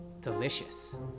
delicious